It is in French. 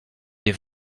les